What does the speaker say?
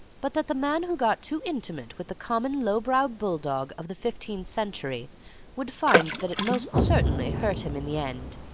but that the man who got too intimate with the common low-browed bull-dog of the fifteenth century would find that it must certainly hurt him in the end.